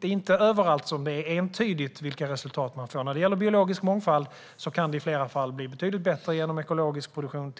är inte överallt som det är entydigt vilka resultat man får. Biologisk mångfald, till exempel, kan i flera fall bli betydligt bättre genom ekologisk produktion.